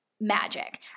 magic